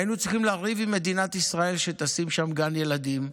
היינו צריכים לריב עם מדינת ישראל שתשים שם גן ילדים,